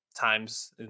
times